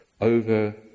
over